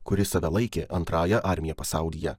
kuri save laikė antrąja armija pasaulyje